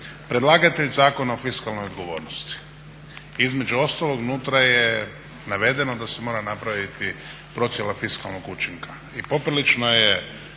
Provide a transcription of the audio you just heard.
predlagatelj Zakona o fiskalnoj odgovornosti, između ostalog unutra je navedeno da se mora napraviti procjena fiskalnog učinka. I poprilično je